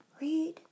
read